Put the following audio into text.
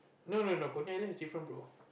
no no no Coney-Island is different bro